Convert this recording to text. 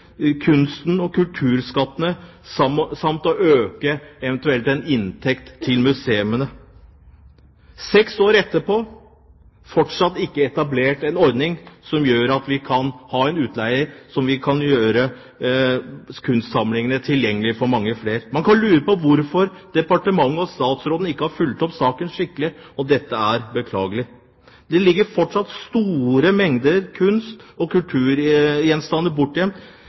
kunsten og kulturskattene, samt øker en eventuell inntekt for museene. Seks år etter er det fortsatt ikke etablert en utleieordning som kan gjøre kunstsamlingene tilgjengelige for mange flere. Man kan lure på hvorfor departementet og statsråden ikke har fulgt opp saken skikkelig. Dette er beklagelig. Det ligger fortsatt store mengder kunst- og kulturgjenstander bortgjemt